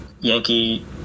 Yankee